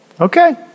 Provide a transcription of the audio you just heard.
okay